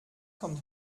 kommt